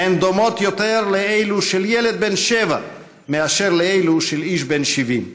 הן דומות יותר לאלו של ילד בן שבע מאשר לאלו של איש בן 70,